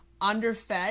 underfed